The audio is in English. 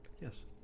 yes